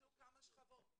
תסתכלו כמה שכבות,